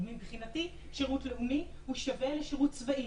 מבחינתי שירות לאומי שווה לשירות צבאי.